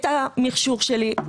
את המכשור שלי,